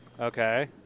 Okay